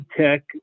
tech